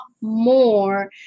more